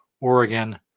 Oregon